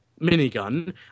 minigun